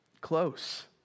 Close